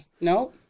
No